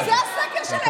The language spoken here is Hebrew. זה הסקר שלהם.